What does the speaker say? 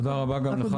תודה רבה גם לך.